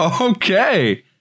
Okay